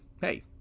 hey